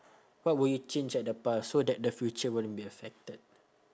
what would you change at the past so that the future wouldn't be affected